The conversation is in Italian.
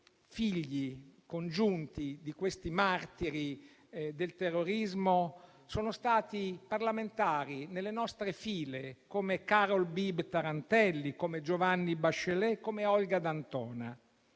figli e congiunti di questi martiri del terrorismo sono stati parlamentari nelle nostre file, come Carol Beebe Tarantelli, Giovanni Bachelet e come Olga D'Antona.